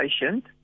patient